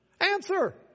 Answer